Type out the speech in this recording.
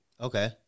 Okay